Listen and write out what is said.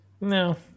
No